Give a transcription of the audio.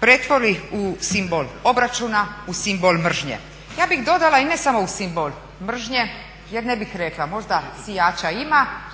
pretvori u simbol obračuna u simbol mržnje. Ja bih dodala i ne samo u simbol mržnje jer ne bih rekla mogla sijača ima,